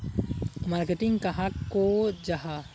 Marketing कहाक को जाहा?